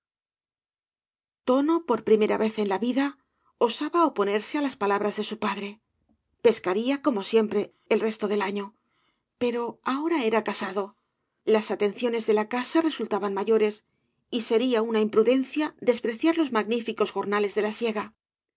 tono por primera vez en la vida osaba oponerse á las palabras de su padre pescaría como siempre el resto del año pero ahora era casado las atenciones de la casa resultaban mayo res y sería una imprudencia despreciar los magníficos jornales de la siega